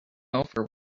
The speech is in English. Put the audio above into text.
over